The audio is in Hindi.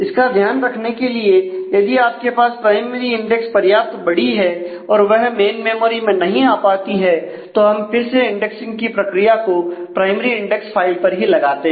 इसका ध्यान रखने के लिए यदि आपके पास प्राइमरी इंडेक्स पर्याप्त बड़ी है और वह मेन मेमोरी में नहीं आ पाती है तो हम फिर से इंडेक्सिंग की प्रक्रिया को प्राइमरी इंडेक्स फाइल पर ही लगाते हैं